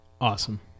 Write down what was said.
Awesome